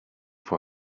for